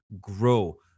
grow